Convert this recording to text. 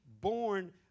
born